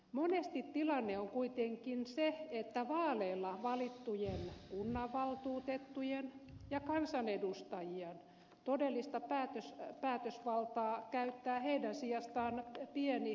monesti tilanne on kuitenkin se että vaaleilla valittujen kunnanvaltuutettujen ja kansanedustajien todellista päätösvaltaa käyttää heidän sijastaan pieni eliitti